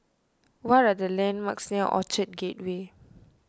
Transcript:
what are the landmarks near Orchard Gateway